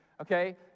Okay